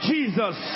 Jesus